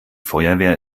feuerwehr